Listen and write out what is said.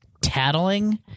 tattling